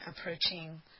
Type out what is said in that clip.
approaching